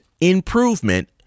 improvement